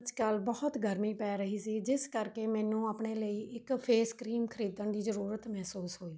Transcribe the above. ਕੱਲ੍ਹ ਬਹੁਤ ਗਰਮੀ ਪੈ ਰਹੀ ਸੀ ਜਿਸ ਕਰਕੇ ਮੈਨੂੰ ਆਪਣੇ ਲਈ ਇੱਕ ਫੇਸ ਕਰੀਮ ਖਰੀਦਣ ਦੀ ਜ਼ਰੂਰਤ ਮਹਿਸੂਸ ਹੋਈ